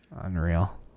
Unreal